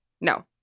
No